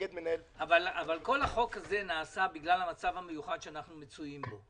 אבל כל החוק הזה נעשה בגלל המצב המיוחד שאנחנו מצויים בו.